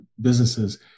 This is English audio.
businesses